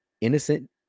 innocent